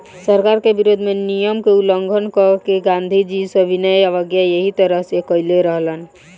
सरकार के विरोध में नियम के उल्लंघन क के गांधीजी सविनय अवज्ञा एही तरह से कईले रहलन